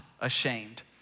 ashamed